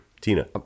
Tina